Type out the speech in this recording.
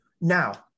now